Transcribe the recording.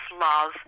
love